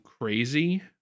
crazy